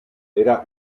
era